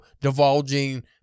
divulging